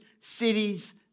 cities